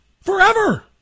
Forever